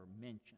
mentioned